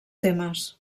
temes